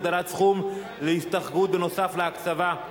הגדלת סכום להשתכרות בנוסף לקצבה),